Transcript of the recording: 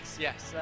yes